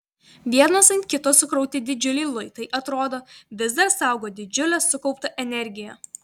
vienas ant kito sukrauti didžiuliai luitai atrodo vis dar saugo didžiulę sukauptą energiją